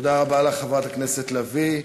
תודה רבה לך, חברת הכנסת לביא.